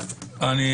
אני